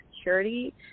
security